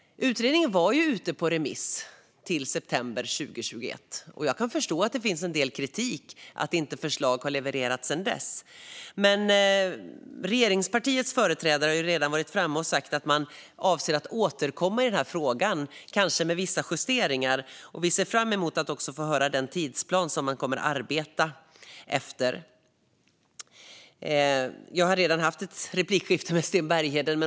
Utredningen var ute på remiss till september 2021, och jag kan förstå att det finns en del kritik mot att förslag inte har levererats sedan dess. Men regeringspartiernas företrädare har redan varit framme och sagt att man avser att återkomma i den här frågan - kanske med vissa justeringar - och vi ser fram emot att få höra den tidsplan man kommer att arbeta efter. Jag har redan haft ett replikskifte med Sten Bergheden.